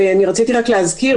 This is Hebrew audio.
רציתי רק להזכיר,